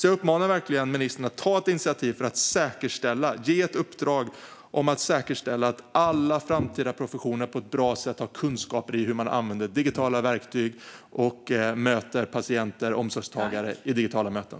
Jag uppmanar verkligen ministern att ta ett initiativ och ge ett uppdrag om att säkerställa att alla professioner i framtiden har bra kunskaper i hur man använder digitala verktyg och möter patienter och omsorgstagare i digitala möten.